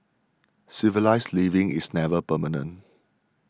civilised living is never permanent